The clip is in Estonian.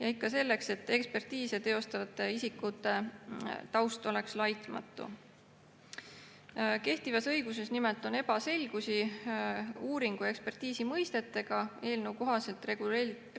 Ja ikka selleks, et ekspertiise teostavate isikute taust oleks laitmatu. Kehtivas õiguses nimelt on ebaselgusi uuringu ja ekspertiisi mõistetega. Eelnõuga